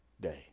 day